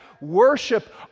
worship